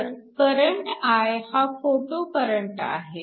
तर current I हा photocurrent आहे